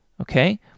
okay